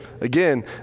Again